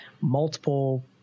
multiple